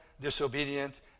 disobedient